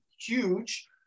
huge